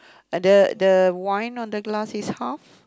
the the wine on the glass is half